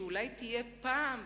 שאולי תהיה פעם,